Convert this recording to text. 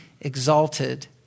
exalted